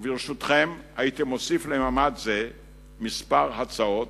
וברשותכם, הייתי מוסיף למאמץ זה כמה הצעות,